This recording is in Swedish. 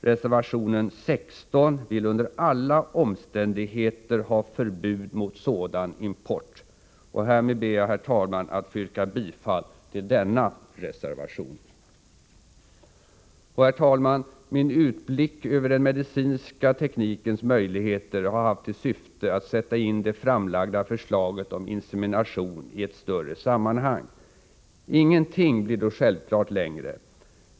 Reservationen 16 vill under alla omständigheter ha förbud mot sådan import. Härmed ber jag, herr talman, att få yrka bifall till denna reservation. Herr talman! Min utblick över den medicinska teknikens möjligheter har haft till syfte att sätta in det framlagda förslaget om insemination i ett större sammanhang. Ingenting blir då självklart längre.